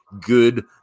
good